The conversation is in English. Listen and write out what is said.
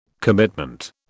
Commitment